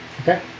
Okay